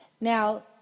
Now